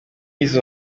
izo